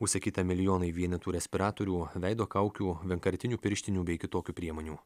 užsakyta milijonai vienetų respiratorių veido kaukių vienkartinių pirštinių bei kitokių priemonių